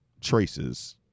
traces